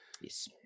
Yes